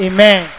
Amen